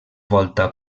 volta